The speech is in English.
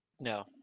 no